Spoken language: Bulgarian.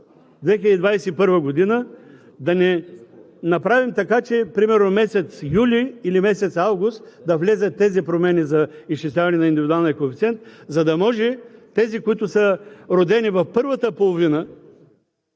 2021 г. да не направим така, че например месец юли или месец август да влязат тези промени за изчисляване на индивидуалния коефициент, за да може тези, които са родени в първата половина